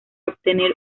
obtener